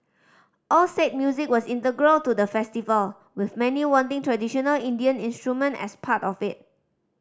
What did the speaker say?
all said music was integral to the festival with many wanting traditional Indian instrument as part of it